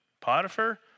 Potiphar